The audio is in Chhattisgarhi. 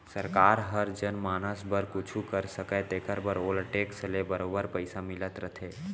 सरकार हर जनमानस बर कुछु कर सकय तेकर बर ओला टेक्स ले बरोबर पइसा मिलत रथे